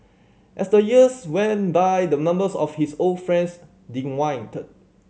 as the years went by the numbers of his old friends dwindled